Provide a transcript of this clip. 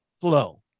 flow